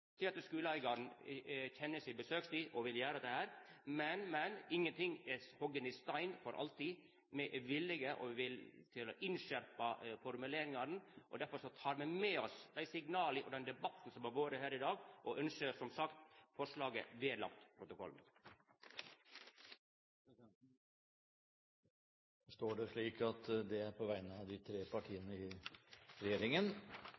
at skuleeigaren kjenner si besøkstid og vil gjera dette, men ingenting er hogge i stein for alltid. Me er viljuge til å innskjerpa formuleringane, og difor tek me med oss dei signala og den debatten som har vore her i dag, og ynskjer, som sagt, forslaget vedlagt protokollen. Presidenten forstår det da slik at